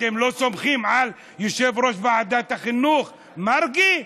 אתם לא סומכים על יושב-ראש ועדת החינוך מרגי?